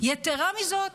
יתרה מזאת,